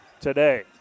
today